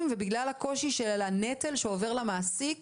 ובגלל הקושי של הנטל שעובר למעסיק,